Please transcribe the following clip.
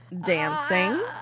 Dancing